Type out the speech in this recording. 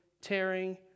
tearing